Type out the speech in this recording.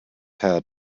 had